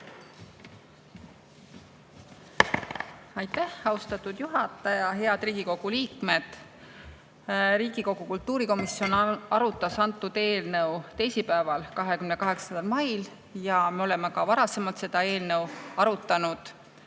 Aitäh, austatud juhataja! Head Riigikogu liikmed! Riigikogu kultuurikomisjon arutas antud eelnõu teisipäeval, 28. mail. Me oleme ka varasemalt seda eelnõu arutanud,